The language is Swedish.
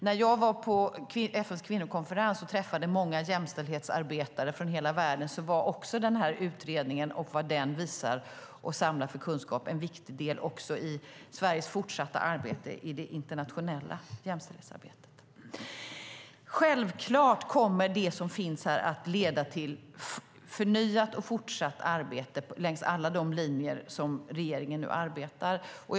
När jag var på FN:s kvinnokonferens och träffade många jämställdhetsarbetare från hela världen var utredningen och vad den visar och samlar för kunskap en viktig del också i Sveriges fortsatta arbete i det internationella jämställdhetsarbetet. Självklart kommer det som finns i utredningen att leda till förnyat och fortsatt arbete längs alla de linjer regeringen nu arbetar med.